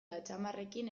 atzamarrekin